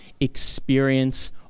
experience